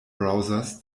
browsers